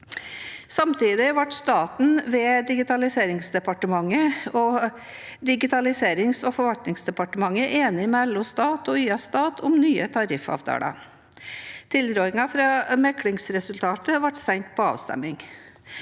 Samtidig ble staten ved Digitaliserings- og forvaltningsdepartementet enige med LO Stat og YS Stat om nye tariffavtaler. Tilrådinga fra meklingsresultatet ble sendt til avstemning.